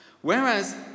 Whereas